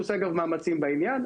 שהוא עושה מאמצים בעניין.